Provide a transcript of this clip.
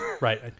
right